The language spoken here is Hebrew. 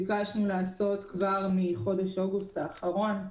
ביקשנו לעשות כבר מחודש אוגוסט האחרון.